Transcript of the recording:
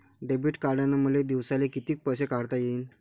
Debit कार्डनं मले दिवसाले कितीक पैसे काढता येईन?